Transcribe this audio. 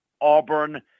Auburn